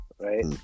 right